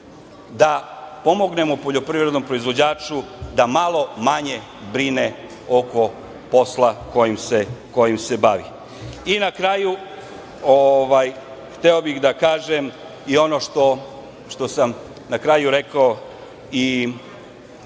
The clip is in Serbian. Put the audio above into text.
da pomognemo poljoprivrednom proizvođaču da malo manje brine oko posla kojim se bavi. Na kraju, hteo bih da kažem i ono što sam na kraju prethodnog